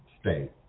state